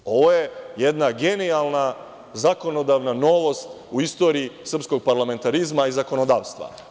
Ovo je jedna genijalna zakonodavna novost u istoriji srpskog parlamentarizma i zakonodavstva.